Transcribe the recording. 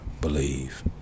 Believe